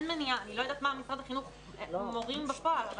אני לא יודעת לגבי מורים בפועל במשרד החינוך,